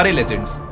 legends